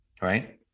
right